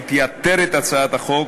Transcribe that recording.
מתייתרת הצעת החוק,